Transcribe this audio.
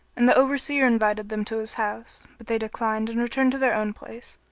and the over seer invited them to his house but they declined and returned to their own place,